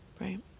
right